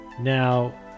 Now